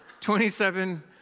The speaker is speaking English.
27